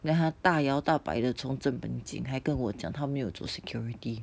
then 他大摇大摆地从这门进还跟我讲他没走 security